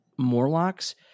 morlocks